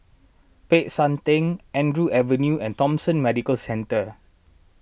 Peck San theng Andrew Avenue and Thomson Medical Centre